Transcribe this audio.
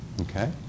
Okay